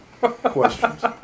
questions